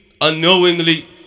unknowingly